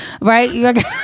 right